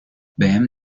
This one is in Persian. بهم